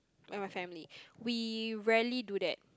like my family we rarely do that